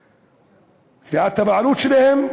תביעות הבעלות שלהם,